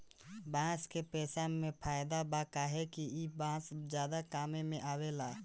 बांस के पेसा मे फायदा बा काहे कि ईहा बांस ज्यादे काम मे आवेला